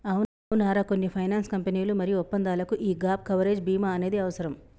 అవునరా కొన్ని ఫైనాన్స్ కంపెనీలు మరియు ఒప్పందాలకు యీ గాప్ కవరేజ్ భీమా అనేది అవసరం